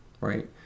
right